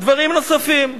דברים נוספים,